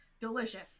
Delicious